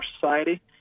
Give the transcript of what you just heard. society